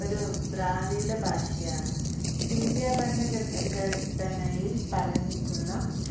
ഒരു ദ്രാവിഡ ഭാഷയാണ് ഇന്ത്യാ ഭരണഘടന ഘടനയിൽ പറഞ്ഞിട്ടുള്ള